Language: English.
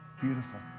beautiful